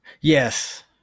Yes